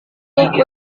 cukup